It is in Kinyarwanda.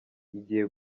igiye